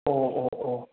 ꯑꯣ ꯑꯣ ꯑꯣ